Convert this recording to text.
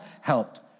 helped